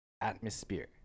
atmosphere